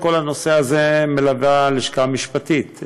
את כל הנושא הזה מלווה הלשכה המשפטית,